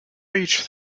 reached